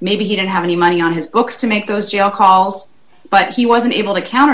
maybe he didn't have any money on his books to make those geo calls but he wasn't able to counter